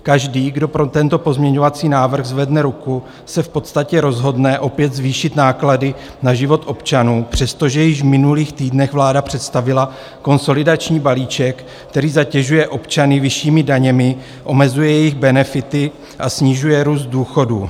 Každý, kdo pro tento pozměňovací návrh zvedne ruku, se v podstatě rozhodne opět zvýšit náklady na život občanů, přestože již v minulých týdnech vláda představila konsolidační balíček, který zatěžuje občany vyššími daněmi, omezuje jejich benefity a snižuje růst důchodů.